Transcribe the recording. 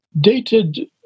dated